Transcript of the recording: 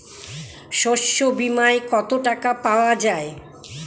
শস্য বিমায় কত টাকা পাওয়া যায়?